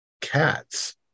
cats